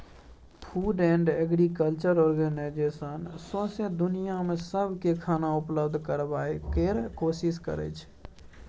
food and agriculture organisation सौंसै दुनियाँ मे सबकेँ खाना उपलब्ध कराबय केर कोशिश करइ छै